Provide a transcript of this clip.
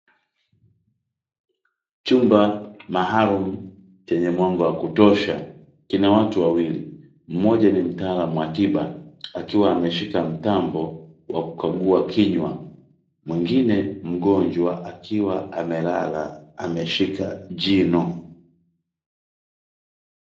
Chumba maalumu chenye mwanga wa kutosha kina watu wawili. Mmoja ni mtaalamu wa tiba akiwa ameshika mtambo wa kukagua kinywa, mwingine mgonjwa akiwa amelala ameshika jino.